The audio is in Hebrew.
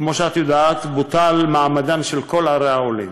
כמו שאת יודעת, בוטל מעמדן של כל ערי העולים.